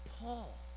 Paul